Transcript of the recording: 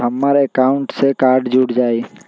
ई हमर अकाउंट से कार्ड जुर जाई?